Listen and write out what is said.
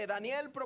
Daniel